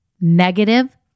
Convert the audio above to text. Negative